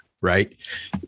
Right